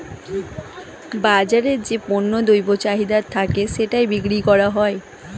বাজারে যে পণ্য দ্রব্যের চাহিদা থাকে সেটাই বিক্রি করা হয়